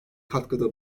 katkıda